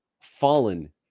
fallen